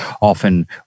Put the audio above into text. often